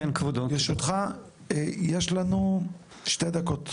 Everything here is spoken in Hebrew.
ברשותך, יש לנו 2 דקות.